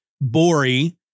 Bori